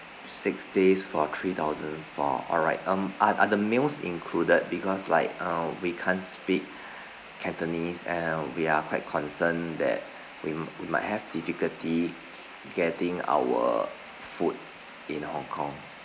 six days for three thousand four alright um are are the meals included because like uh we can't speak cantonese and we're quite concerned that we we might have difficulty getting our food in hong kong